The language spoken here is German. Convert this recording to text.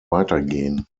weitergehen